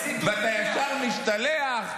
מסית --- ואתה ישר משתלח,